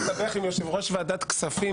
לא רוצים שתסתבך עם יושב-ראש ועדת הכספים,